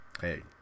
Hey